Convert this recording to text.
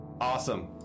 Awesome